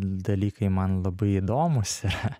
dalykai man labai įdomūs yra